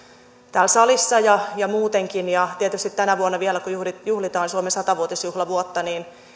täällä salissa ja ja muutenkin tietysti tänä vuonna vielä kun juhlitaan suomen satavuotisjuhlavuotta